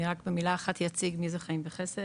אני רק במילה אחת אציג מי זה "חיים וחסד",